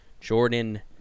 jordan